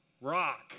rock